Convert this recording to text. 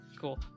Cool